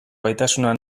gaitasuna